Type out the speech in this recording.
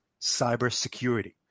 cybersecurity